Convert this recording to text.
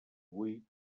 vuit